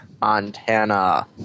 Montana